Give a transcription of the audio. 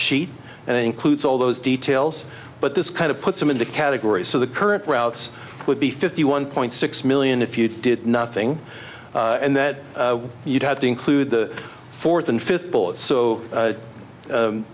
sheet and includes all those details but this kind of puts them in the category so the current routes would be fifty one point six million if you did nothing and that you'd have to include the fourth and fifth bullet so